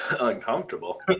Uncomfortable